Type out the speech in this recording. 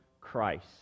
Christ